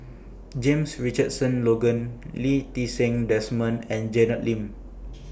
James Richardson Logan Lee Ti Seng Desmond and Janet Lim